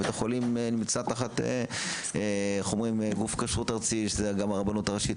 רב בית החולים נמצא תחת גוף כשרות ארצי שזה גם הרבנות הראשית,